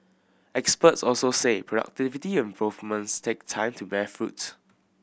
experts also say productivity improvements take time to bear fruit